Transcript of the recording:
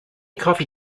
coffee